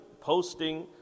posting